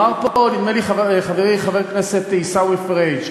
אמר פה, נדמה לי חברי חבר הכנסת עיסאווי פריג',